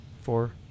four